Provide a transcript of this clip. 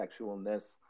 sexualness